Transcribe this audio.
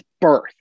birth